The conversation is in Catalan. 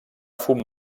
fum